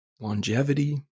longevity